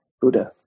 Buddha